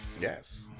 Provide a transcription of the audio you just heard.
yes